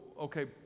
okay